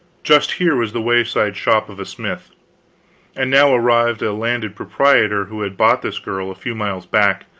just here was the wayside shop of a smith and now arrived a landed proprietor who had bought this girl a few miles back,